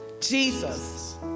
Jesus